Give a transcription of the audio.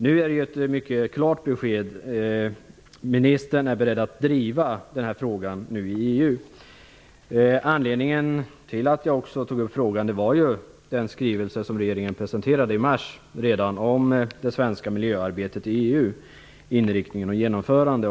Nu får vi ett mycket klart besked - ministern är beredd att driva den här frågan i Anledningen till att jag tog upp frågan var också den skrivelse regeringen presenterade redan i mars om det svenska miljöarbetet i EU, dess inriktning och genomförande.